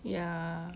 ya